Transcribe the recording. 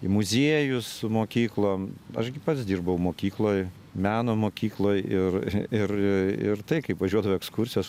į muziejus su mokyklom aš gi pats dirbau mokykloj meno mokykloj ir ir ir tai kaip važiuodavo į ekskursijas